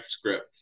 script